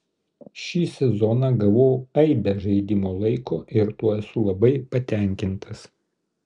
šį sezoną gavau aibę žaidimo laiko ir tuo esu labai patenkintas